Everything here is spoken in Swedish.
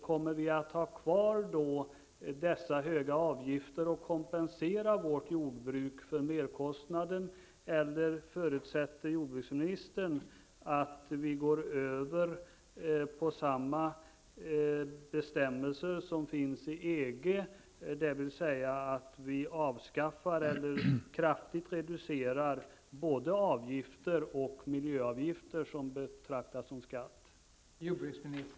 Kommer vi då att ha kvar dessa höga avgifter och kompensera vårt jordbruk för merkostnaden, eller förutsätter jordbruksministern att vi skall gå över till samma bestämmelser som gäller inom EG, dvs. att vi avskaffar eller kraftigt reducerar både avgifter och miljöavgifter som betraktas som skatt?